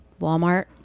Walmart